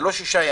זה לא 6 ימים,